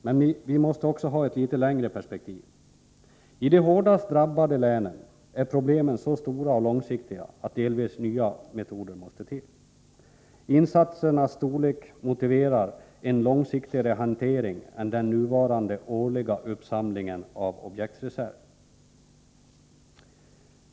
Men vi måste också ha ett litet längre perspektiv. I de hårdast drabbade länen är problemen så stora och långsiktiga att delvis nya metoder måste till. Insatsernas storlek motiverar en mera långsiktig hantering än den nuvarande årliga uppsamlingen av objektsreserv.